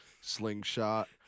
Slingshot